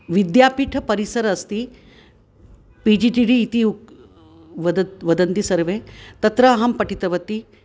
विद्यापीठपरिसरः अस्ति P G T D इति उक्तं वदति वदन्ति सर्वे तत्र अहं पठितवती